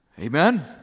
Amen